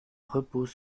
repose